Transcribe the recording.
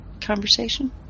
conversation